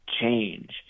change